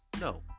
No